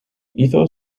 hizo